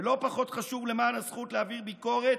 ולא פחות חשוב, למען הזכות להעביר ביקורת,